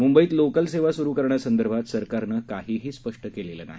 मुंबईत लोकल सेवा सुरू करण्यासंदर्भात सरकारनं काहीही स्पष्ट केलेलं नाही